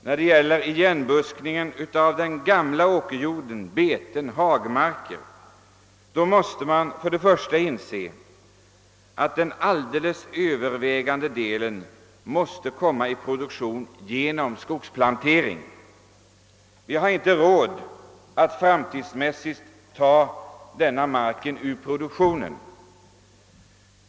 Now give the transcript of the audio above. När det gäller igenbuskningen av gammal åkerjord, betesmark eller hagmark måste vi först och främst inse, att den alldeles övervägande delen bör komma i produktion genom skogsplantering. Vi har inte råd att för framtiden ta denna mark ur produktionen.